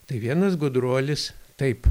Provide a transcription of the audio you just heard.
tai vienas gudruolis taip